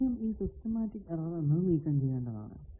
ആദ്യം ഈ systematic error നീക്കം ചെയ്യേണ്ടതാണ്